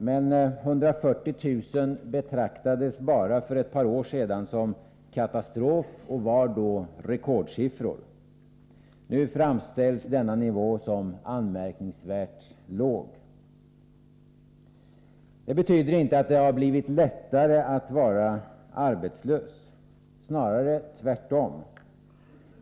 Men 140 000 arbetslösa betraktades för bara ett par år sedan som en katastrof, och det var då en rekordsiffra. Nu framställs den nivån som anmärkningsvärt låg. Det betyder inte att det har blivit lättare att vara arbetslös, snarare tvärtom.